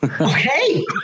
Okay